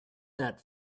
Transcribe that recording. that